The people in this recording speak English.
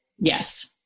Yes